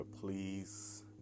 please